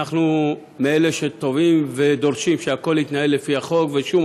אנחנו מאלה שתובעים ודורשים שהכול יתנהל לפי החוק ושום